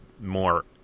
more